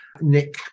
Nick